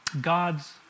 God's